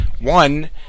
One